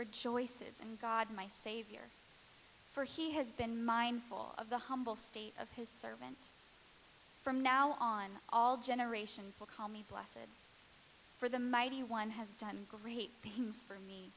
rejoices in god my savior for he has been mindful of the humble state of his servant from now on all generations will call me blasted for the mighty one has done great things for me